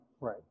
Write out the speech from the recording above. right